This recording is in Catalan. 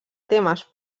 temes